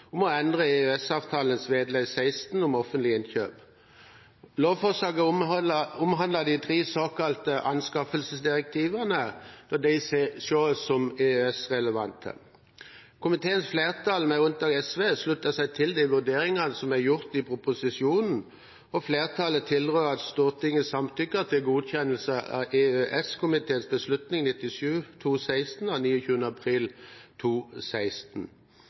om å endre EØS-avtalens vedlegg XVI om offentlige innkjøp. Lovforslaget omhandler de tre såkalte anskaffelsesdirektivene, og de anses som EØS-relevante. Komiteens flertall, alle med unntak av SV, slutter seg til vurderingene som er gjort i proposisjonen, og flertallet tilrår at Stortinget samtykker til godkjennelse av EØS-komiteens beslutning nr. 97/2016 av 29. april